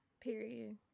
period